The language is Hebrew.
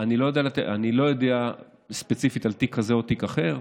אני לא יודע ספציפית על תיק כזה או תיק אחר.